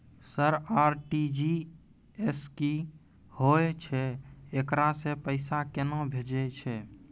Sir RTGS की होय छै, एकरा से पैसा केना भेजै छै?